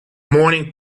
morning